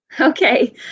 Okay